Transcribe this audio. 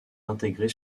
intégrés